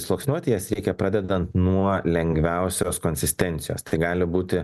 sluoksniuoti jas reikia pradedant nuo lengviausios konsistencijos tai gali būti